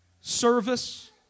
service